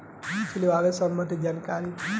छिड़काव संबंधित जानकारी दी?